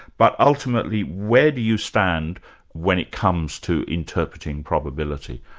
but ultimately where do you stand when it comes to interpreting probability?